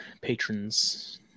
patrons